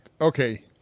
Okay